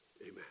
Amen